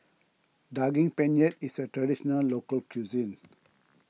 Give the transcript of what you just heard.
Daging Penyet is a Traditional Local Cuisine